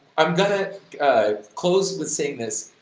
i'm gonna close with saying this